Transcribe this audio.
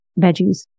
veggies